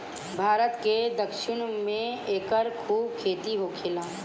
भारत के दक्षिण में एकर खूब खेती होखेला